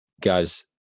guys